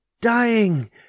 dying